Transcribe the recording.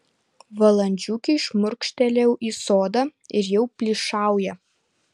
valandžiukei šmurkštelėjau į sodą ir jau plyšauja